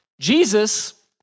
Jesus